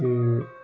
ते